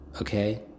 Okay